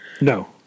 No